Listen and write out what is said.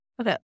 Okay